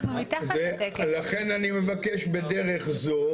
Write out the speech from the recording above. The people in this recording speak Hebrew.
לכן אני מבקש בדרך זו,